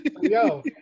Yo